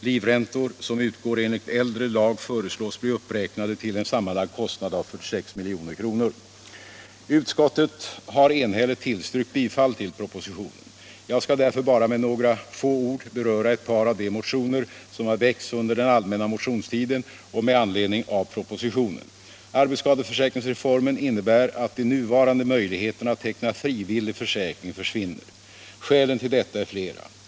Livräntor som utgår enligt äldre Utskottet har enhälligt tillstyrkt bifall till propositionen. Jag skall därför bara med några få ord beröra ett par av de motioner som har väckts under den allmänna motionstiden och med anledning av propositionen. Arbetsskadeförsäkringsreformen innebär att de nuvarande möjligheterna att teckna frivillig försäkring försvinner. Skälen till detta är flera.